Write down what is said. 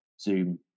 Zoom